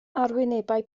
arwynebau